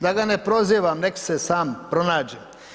Da ga ne prozivam neka se sam pronađe.